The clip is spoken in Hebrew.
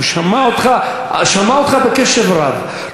הוא שמע אותך בקשב רב,